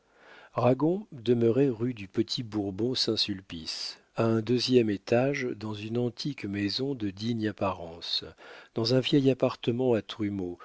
ragon demeurait rue du petit bourbon saint sulpice à un deuxième étage dans une antique maison de digne apparence dans un vieil appartement